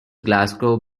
glasgow